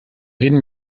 reden